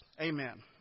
Amen